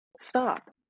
Stop